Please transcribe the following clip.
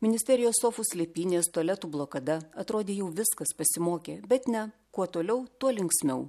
ministerijos sofų slėpynės tualetų blokada atrodė jau viskas pasimokė bet ne kuo toliau tuo linksmiau